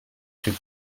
sur